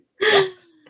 yes